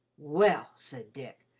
well, said dick,